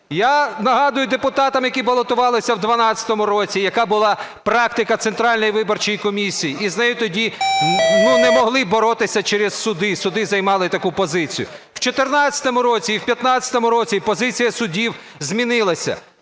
Я нагадую депутатам, які балотувалися в 12-му році, яка була практика Центральної виборчої комісії і з нею тоді не могли боротися через суди, суди займали таку позицію. В 14-му році і в 15-му році і позиція судів змінилася.